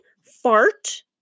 fart